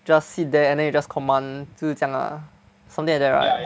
just sit there and then you just command 就是这样 lah something like that right